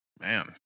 Man